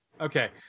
Okay